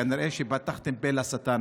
כנראה שפתחתם פה לשטן,